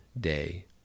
day